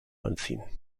anziehen